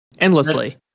endlessly